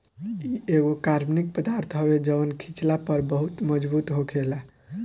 इ एगो कार्बनिक पदार्थ हवे जवन खिचला पर बहुत मजबूत होखेला